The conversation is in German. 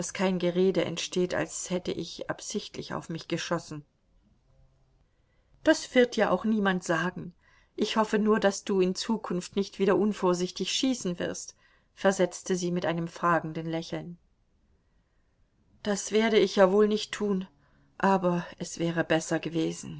kein gerede entsteht als hätte ich absichtlich auf mich geschossen das wird ja auch niemand sagen ich hoffe nur daß du in zukunft nicht wieder unvorsichtig schießen wirst versetzte sie mit einem fragenden lächeln das werde ich ja wohl nicht tun aber es wäre besser gewesen